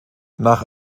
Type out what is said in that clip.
nach